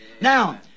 Now